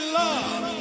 love